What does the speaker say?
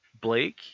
Blake